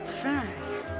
France